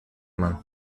man